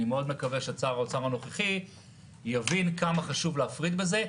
אני מאוד מקווה ששר האוצר הנוכחי יבין כמה חשוב להפריד את זה.